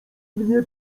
mnie